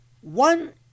One